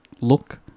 look